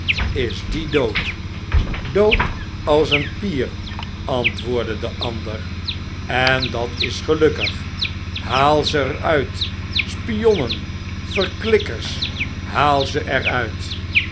is die dood dood als een pier antwoordde de ander en dat is gelukkig haal ze er uit spionnen i verklikkers i haal ze